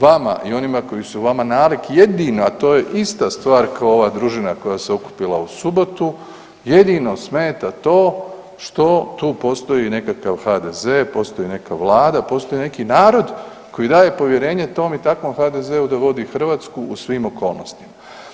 Vama i onima koji su vama nalik jedino a to je ista stvar kao ova družina koja se okupila u subotu jedino smeta to što tu postoji nekakav HDZ-e, postoji neka Vlada, postoji neki narod koji daje povjerenje tom i takvom HDZ-u da vodi Hrvatsku u svim okolnostima.